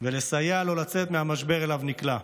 ולסייע לו לצאת מהמשבר שאליו הוא נקלע.